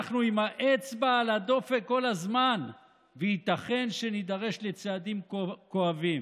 אנחנו עם האצבע על הדופק כל הזמן וייתכן שנידרש לצעדים כואבים.